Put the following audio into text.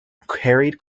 carried